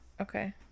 Okay